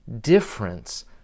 difference